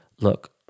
look